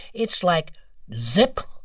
it's like zip.